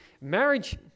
marriage